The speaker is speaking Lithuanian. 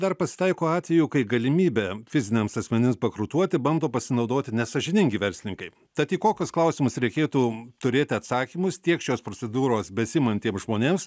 dar pasitaiko atvejų kai galimybe fiziniams asmenims bakrutuoti bando pasinaudoti nesąžiningi verslininkai tad į kokius klausimus reikėtų turėti atsakymus tiek šios procedūros besiimantiem žmonėms